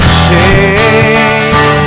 shame